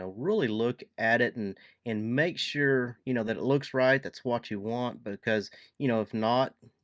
ah really look at it and and make sure you know that it looks right, that it's what you want, because you know if not,